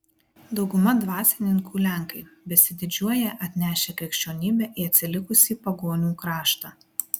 dauguma dvasininkų lenkai besididžiuoją atnešę krikščionybę į atsilikusį pagonių kraštą